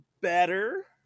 better